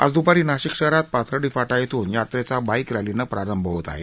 आज दुपारी नाशिक शहरात पाथर्डी फाटा इथून यात्रेचा बाईक रॅलीनं प्रारंभ होत आहे